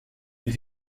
mais